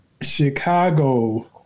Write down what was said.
Chicago